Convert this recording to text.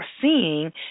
seeing